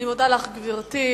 אני מודה לך, גברתי.